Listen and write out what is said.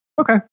Okay